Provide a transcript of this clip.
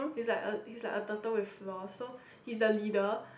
he's like a he's like a turtle with flaws so he's the leader